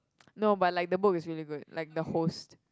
no but like the book is really good like the Host